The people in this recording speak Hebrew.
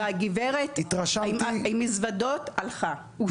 והגברת הלכה עם המזוודות.